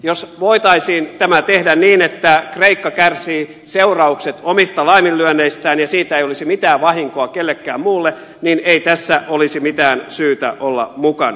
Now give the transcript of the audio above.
jos voitaisiin tämä tehdä niin että kreikka kärsii seuraukset omista laiminlyönneistään ja siitä ei olisi mitään vahinkoa kellekään muulle niin ei tässä olisi mitään syytä olla mukana